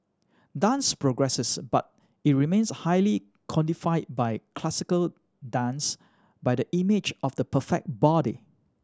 dance progresses but it remains highly codified by classical dance by the image of the perfect body